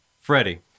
Freddie